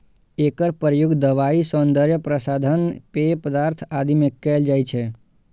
एकर प्रयोग दवाइ, सौंदर्य प्रसाधन, पेय पदार्थ आदि मे कैल जाइ छै